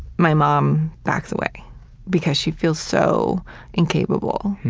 my mom backs away because she feels so incapable.